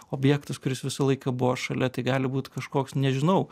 objektas kuris visą laiką buvo šalia tai gali būt kažkoks nežinau